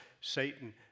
Satan